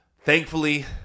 Thankfully